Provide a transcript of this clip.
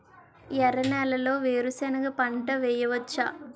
ఎర్ర నేలలో వేరుసెనగ పంట వెయ్యవచ్చా?